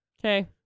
okay